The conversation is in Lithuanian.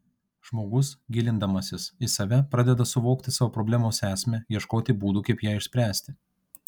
žmogus gilindamasis į save pradeda suvokti savo problemos esmę ieškoti būdų kaip ją išspręsti